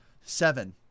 Seven